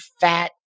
fat